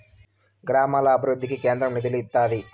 గ్రామాల అభివృద్ధికి కేంద్రం నిధులు ఇత్తాది